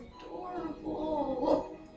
adorable